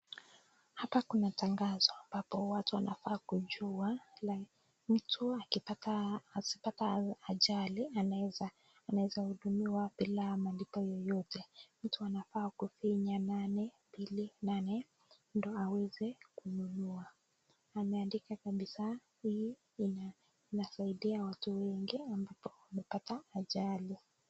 Hapa Kuna tangazo ambabo watu wanafaa kujua mtu akipata ajali anaeza hudumiwa wapi bila malipo yoyote mtu anafaa kufinya nane, mbili , nane ndio awese kununua ameandika kabisa hii inasaidia watu wengi wanapo pata ajali.